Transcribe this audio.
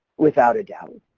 without a doubt.